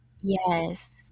Yes